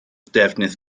defnydd